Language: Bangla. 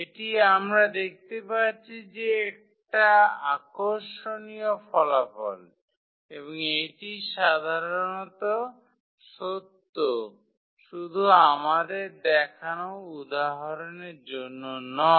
এটি আমরা দেখতে পাচ্ছি যে একটা আকর্ষণীয় ফলাফল এবং এটি সাধারণত সত্য শুধু আমাদের দেখানো উদাহরণের জন্য নয়